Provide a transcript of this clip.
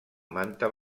manta